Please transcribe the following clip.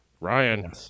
Ryan